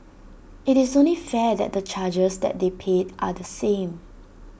IT is only fair that the charges that they pay are the same